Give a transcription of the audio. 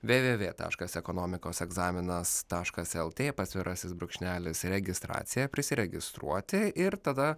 www taškas ekonomikos egzaminas taškas lt pasvirasis brūkšnelis registracija prisiregistruoti ir tada